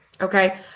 okay